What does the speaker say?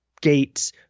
Gates